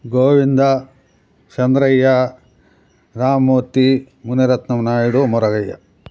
Govinda Chandraiah Rammurthy Muniratnam Naidu Muragaiah